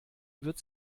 wird